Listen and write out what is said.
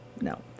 no